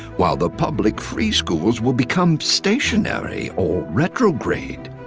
while the public free schools will become stationary or retrograde.